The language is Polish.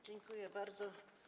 Dziękuję bardzo.